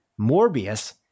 Morbius